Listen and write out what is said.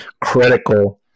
critical